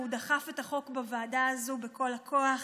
והוא דחף את החוק בוועדה הזו בכל הכוח,